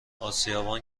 آسیابان